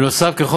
נוסף לכך,